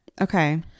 Okay